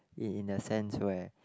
in in the sense where